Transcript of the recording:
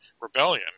rebellion